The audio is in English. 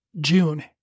June